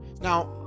now